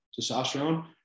testosterone